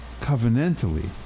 covenantally